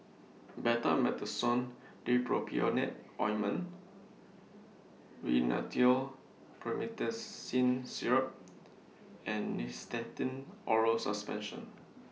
Betamethasone Dipropionate Ointment Rhinathiol Promethazine Syrup and Nystatin Oral Suspension